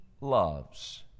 loves